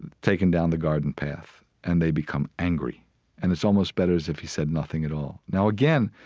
taken down the garden path and they become angry and it's almost better as if he said nothing at all now, again,